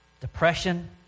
depression